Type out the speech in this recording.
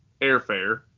airfare